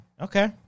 Okay